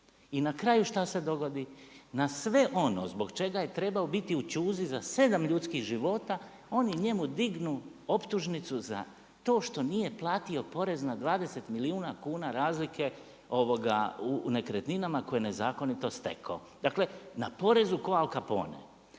I na kraju šta se dogodi? Na sve ono zbog čega je trebao biti u ćuzi za 7 ljudskih života, oni njemu dignu optužnicu za to što nije platio porez na 20 milijuna kuna razlike u nekretninama koje je nezakonito stekao, dakle na porezu kao Al Capone.